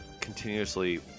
continuously